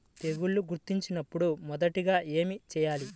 తెగుళ్లు గుర్తించినపుడు మొదటిగా ఏమి చేయాలి?